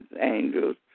angels